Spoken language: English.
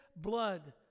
blood